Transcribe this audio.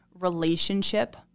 relationship